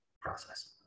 process